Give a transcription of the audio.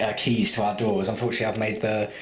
ah keys to our doors, unfortunately, i've made the.